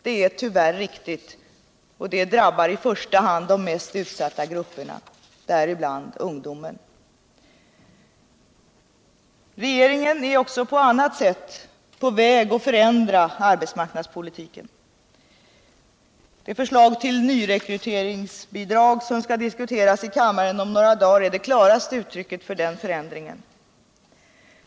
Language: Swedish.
Det är tyvärr riktigt, och det drabbar i första hand de mest utsatta grupperna — däribland ungdomen. Regeringen är också på annat sätt på väg att förändra arbetsmarknadspolitiken. Det förslag till nyrekryteringsbidrag som skall diskuteras i kanimaren om några dagar är det klaraste uttrycket för den förändringen.